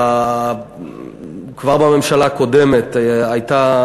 כבר בממשלה הקודמת הייתה,